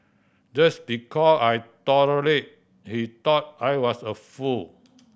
just because I tolerated he thought I was a fool